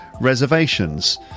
reservations